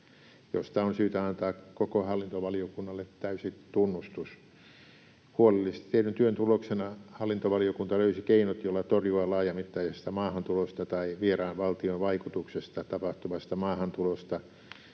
josta on syytä antaa koko hallintovaliokunnalle täysi tunnustus. Huolellisesti tehdyn työn tuloksena hallintovaliokunta löysi keinot, joilla torjua laajamittaisesta maahantulosta tai vieraan valtion vaikutuksesta tapahtuvasta maahantulosta